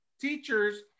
teachers